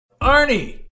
Arnie